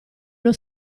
uno